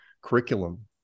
curriculum